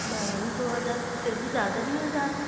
ma'am दो हजार फिर भी ज़्यादा नहीं हो जा रहे